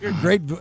Great